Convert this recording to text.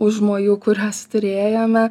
užmojų kuriuos turėjome